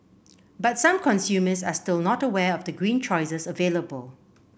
but some consumers are still not aware of the green choices available